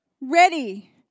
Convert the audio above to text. ready